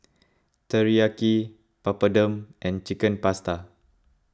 Teriyaki Papadum and Chicken Pasta